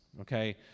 okay